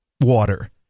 water